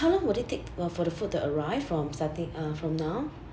how long would it take uh for the food to arrive from starting uh from now